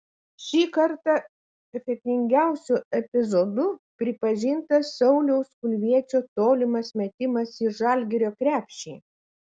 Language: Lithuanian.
šį kartą efektingiausiu epizodu pripažintas sauliaus kulviečio tolimas metimas į žalgirio krepšį